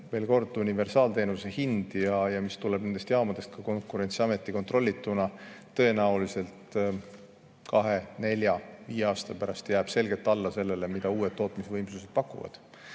veel kord: universaalteenuse hind, mis tuleb nendest jaamadest ka Konkurentsiameti kontrollituna, tõenäoliselt kahe, nelja või viie aasta pärast jääb selgelt alla sellele, mida uued tootmisvõimsused pakuvad.